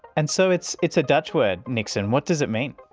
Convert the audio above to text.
and so it's it's a dutch word, niksen, what does it mean?